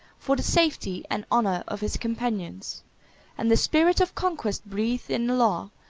for the safety and honor of his companions and the spirit of conquest breathed in the law,